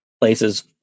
places